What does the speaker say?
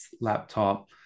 laptop